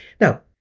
Now